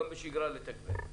גם בשגרה, לתגבר.